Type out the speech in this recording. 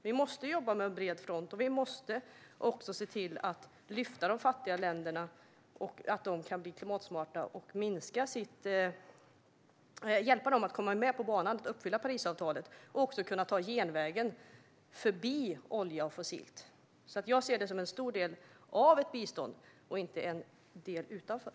Vi måste jobba på fred front och hjälpa de fattiga länderna, så att de kan bli klimatsmarta, och hjälpa dem att komma med på banan och uppfylla Parisavtalet. De ska också kunna ta genvägen förbi olja och fossilt bränsle. Jag ser detta som en stor del av ett bistånd, inte som en del utanför.